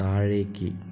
താഴേക്ക്